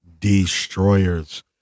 destroyers